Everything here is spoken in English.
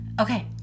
okay